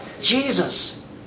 Jesus